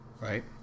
right